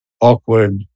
awkward